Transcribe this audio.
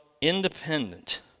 independent